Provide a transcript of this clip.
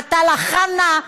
עטאללה חנא,